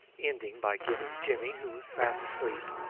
ending by giving jimmy, who was fast asleep,